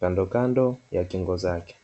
kandokando ya kingo zake.